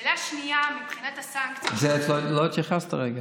השאלה השנייה: מבחינת הסנקציות, לא התייחסת הרגע.